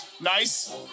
Nice